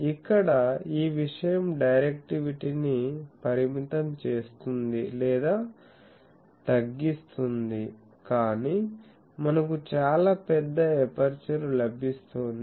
ఇక్కడ ఈ విషయం డైరెక్టివిటీని పరిమితం చేస్తుంది లేదా తగ్గిస్తుంది కాని మనకు చాలా పెద్ద ఎపర్చరు లభిస్తోంది